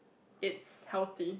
it's healthy